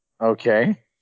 Okay